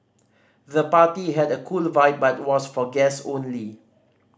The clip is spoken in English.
the party had a cool vibe but was for guests only